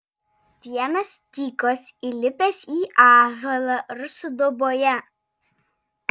vienas tykos įlipęs į ąžuolą rusų dauboje